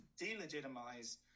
delegitimize